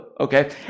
okay